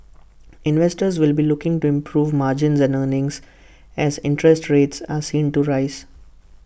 investors will be looking to improve margins and earnings as interest rates are seen to rise